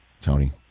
Tony